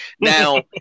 Now